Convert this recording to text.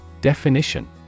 Definition